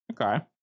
Okay